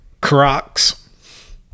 Crocs